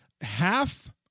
half